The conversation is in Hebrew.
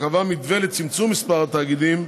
שקבע מתווה לצמצום מספר התאגידים,